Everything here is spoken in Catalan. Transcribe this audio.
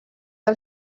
del